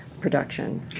production